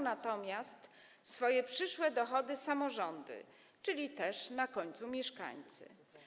Natomiast stracą swoje przyszłe dochody samorządy, czyli też na końcu mieszkańcy.